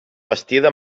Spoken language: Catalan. bastida